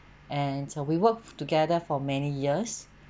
and so we worked together for many years